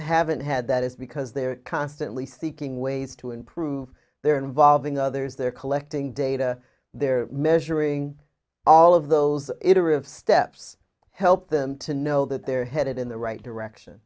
haven't had that is because they're constantly seeking ways to improve their involving others they're collecting data they're measuring all of those steps help them to know that they're headed in the right direction